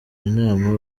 inama